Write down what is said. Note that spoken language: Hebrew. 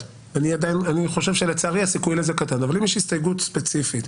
שאני עדיין חושב שלצערי הסיכוי לזה קטן אבל אם יש הסתייגות ספציפית,